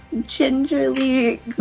gingerly